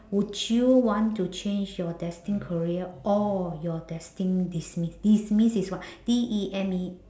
would you want to change your destined career or your destined demise demise is what D E M E